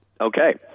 Okay